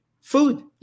food